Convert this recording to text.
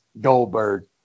Goldberg